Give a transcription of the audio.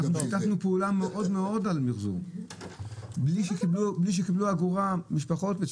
אנחנו שיתפנו פעולה מאוד במיחזור בלי שמשפחות קיבלו אגורה.